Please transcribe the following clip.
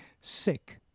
sick